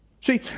See